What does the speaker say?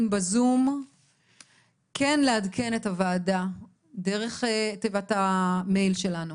בזום כן לעדכן את הוועדה דרך תיבת המייל שלנו,